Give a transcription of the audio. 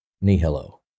nihilo